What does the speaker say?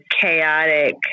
chaotic